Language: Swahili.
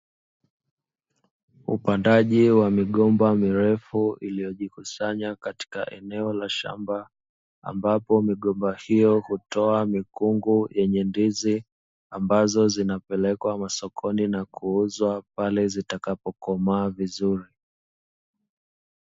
Upandaji wa migomba mirefu iliyojikusanya katika eneo la shamba, ambapo migomba hiyo hutoa mikungu yenye ndizi ambazo zinapelekwa masokoni na kuuzwa, pale zitakapokomaa vizuri.